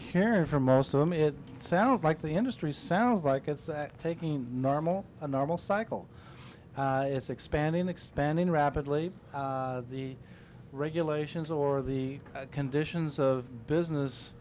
hearing from most of them it sounds like the industry sounds like it's taking normal a normal cycle it's expanding expanding rapidly the regulations or the conditions of business